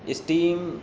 steam